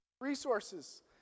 resources